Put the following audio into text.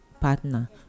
partner